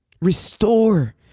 Restore